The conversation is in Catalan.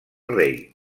rei